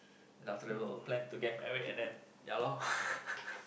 then after that we'll plan to get married and then ya lor